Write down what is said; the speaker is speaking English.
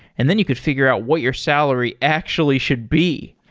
and then you could figure out what your salary actually should be.